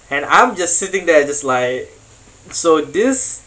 and I'm just sitting there just like so this